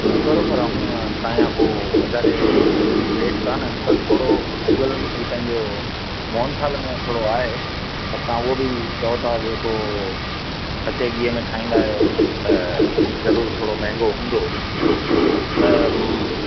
न बराबरि आहे हूअं तव्हांजा को वधारे रेट काननि बसि थोरो भुॻलनि ई पंहिंजो मोहनथाल में थोरो आहे त तव्हां उहो बि चयो था जेको सचे गिहु में ठाहींदा आहियो त ज़रूरु थोरो महांगो हूंदो त म